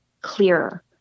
clearer